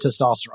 testosterone